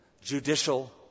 judicial